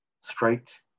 straight